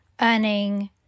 earning